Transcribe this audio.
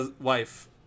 wife